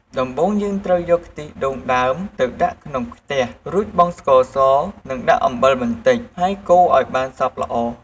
ដំបូងយើងត្រូវយកខ្ទិះដូងដើម ទៅដាក់ក្នុងខ្ទះ រួចបង់ ស្ករស និងដាក់អំបិលបន្តិច ហើយកូរឱ្យបានសព្វល្អ។